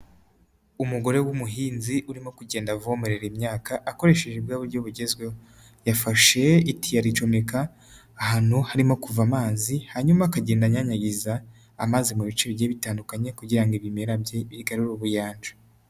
Umugore w'umuhinzi urimo kugenda avomerera imyaka akoresheje bwa buryo bugezweho yafashe itiyo aricomeka ahantu harimo kuva amazi hanyuma akagenda anyanyagiza amazi mu bice bigiye bitandukanye kugira ngo ibimera bye bigarure ubuyanja.